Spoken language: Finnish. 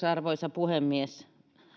arvoisa puhemies